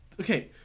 Okay